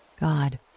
God